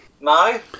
No